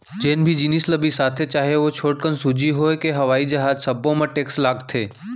जेन भी जिनिस ल बिसाथे चाहे ओ छोटकन सूजी होए के हवई जहाज सब्बो म टेक्स लागथे